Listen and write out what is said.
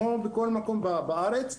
כמו בכל מקום בארץ,